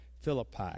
Philippi